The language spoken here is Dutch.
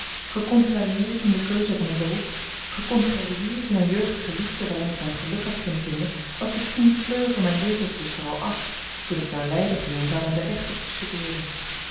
gecontrarieerd in de keuze van een beroep gecontrarieerd in een jeugdige liefde waarin ik mijn geluk had kunnen vinden was de fine fleur van mijn levenslust er al af toen ik naar leiden ging om daar in de rechten te studeeren